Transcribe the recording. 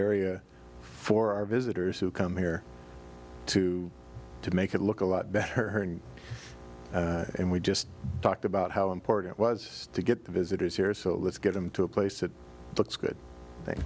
area for our visitors who come here to to make it look a lot better and we just talked about how important was to get the visitors here so let's get them to a place that looks good thank